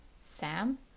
Sam